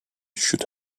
should